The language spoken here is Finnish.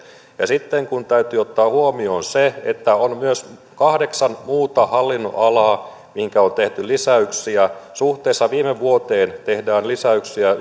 ja sitten täytyy ottaa huomioon se että on myös kahdeksan muuta hallinnonalaa mihinkä on tehty lisäyksiä suhteessa viime vuoteen tehdään lisäyksiä